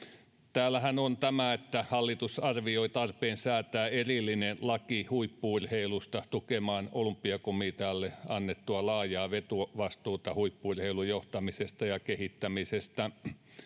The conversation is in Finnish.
täällähän on tämä että hallitus arvioi tarpeen säätää erillinen laki huippu urheilusta tukemaan olympiakomitealle annettua laajaa vetovastuuta huippu urheilun johtamisesta ja kehittämisestä